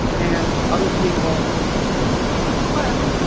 and other people who've since left,